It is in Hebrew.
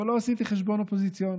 לא עשיתי חשבון אופוזיציוני.